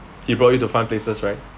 he brought you to fun places right